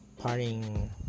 parting